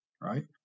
right